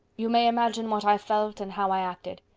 you may imagine what i felt and how i acted.